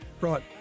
Right